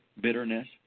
bitterness